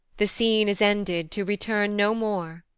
the scene is ended to return no more.